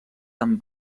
amb